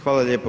Hvala lijepo.